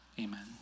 Amen